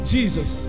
Jesus